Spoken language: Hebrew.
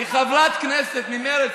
היא חברת כנסת ממרצ,